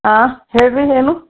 ಆಂ ಹೇಳ್ರಿ ಏನು